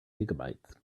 gigabytes